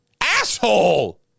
Asshole